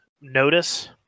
notice